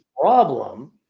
problem